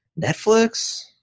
Netflix